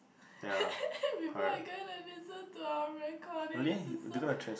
people are gonna listen to our recording this is so